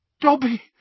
Dobby